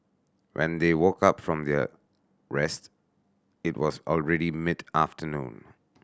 when they woke up from their rest it was already mid afternoon